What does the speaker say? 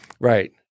Right